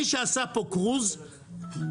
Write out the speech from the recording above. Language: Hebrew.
מי שעשה פה קרוז יודע.